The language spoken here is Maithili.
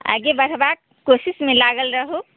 आगे बढ़बाक कोशिशमे लागल रहु